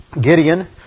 Gideon